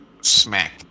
smack